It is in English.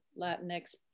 Latinx